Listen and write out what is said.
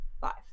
Five